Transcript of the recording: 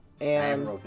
and-